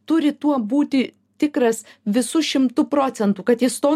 turi tuo būti tikras visu šimtu procentų kad jis to